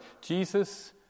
Jesus